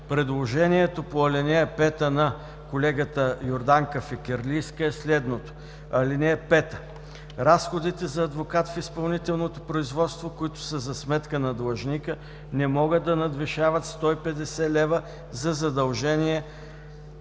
Предложението на колегата Йорданка Фикирлийска е следното: „(5) Разходите за адвокат в изпълнителното производство, които са за сметка на длъжника, не могат да надвишават 150 лева за задължения